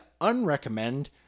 unrecommend